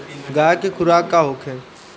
गाय के खुराक का होखे?